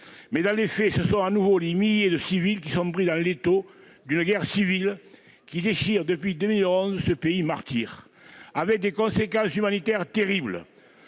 Mais, dans les faits, ce sont à nouveau des milliers de civils qui sont pris dans l'étau d'une guerre civile qui déchire, depuis 2011, ce pays martyr, avec des conséquences humanitaires terribles